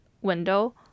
window